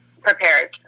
prepared